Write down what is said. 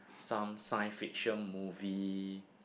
some science fiction movie